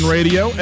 Radio